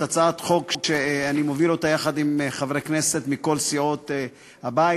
הצעת חוק שאני מוביל יחד עם חברי כנסת מכל סיעות הבית.